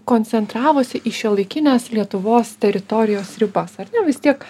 koncentravosi į šiuolaikines lietuvos teritorijos ribas ar ne vis tiek